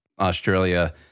Australia